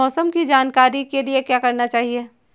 मौसम की जानकारी के लिए क्या करना चाहिए?